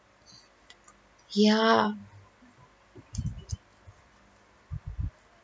ya